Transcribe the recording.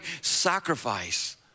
sacrifice